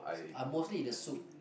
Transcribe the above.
uh mostly in the soup